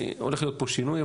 הולך להיות פה שינוי,